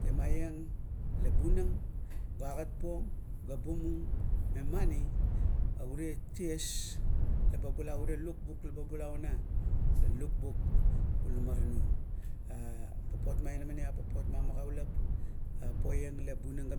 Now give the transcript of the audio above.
Temaieng la bunang ga agat buong, bumung memani ure ties o ure lukbuk laba bula una la lukbuk ula marana. Ea papot ma inamaniap papot ma magaulap. poiang le bunang ga